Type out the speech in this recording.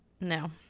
no